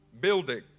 building